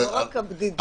לא רק הבדידות.